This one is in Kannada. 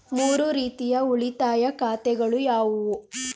ಮೂರು ರೀತಿಯ ಉಳಿತಾಯ ಖಾತೆಗಳು ಯಾವುವು?